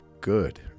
good